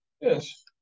Yes